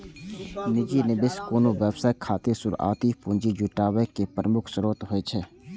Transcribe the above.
निजी निवेशक कोनो व्यवसाय खातिर शुरुआती पूंजी जुटाबै के प्रमुख स्रोत होइ छै